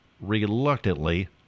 reluctantly